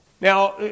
Now